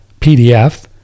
PDF